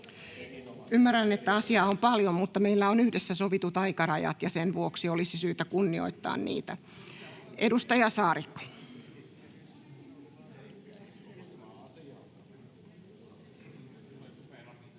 Ymmärrän, että asiaa on paljon, mutta meillä on yhdessä sovitut aikarajat, ja sen vuoksi olisi syytä kunnioittaa niitä. — Edustaja Saarikko.